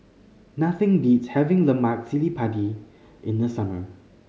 nothing beats having lemak cili padi in the summer